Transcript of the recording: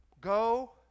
Go